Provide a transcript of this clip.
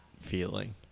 feeling